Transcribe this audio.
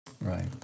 Right